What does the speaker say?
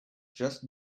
just